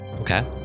Okay